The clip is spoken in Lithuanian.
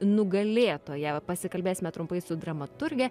nugalėtoja pasikalbėsime trumpai su dramaturge